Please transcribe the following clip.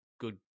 good